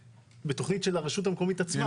בתכנית של הרשות המקומית עצמה.